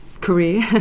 career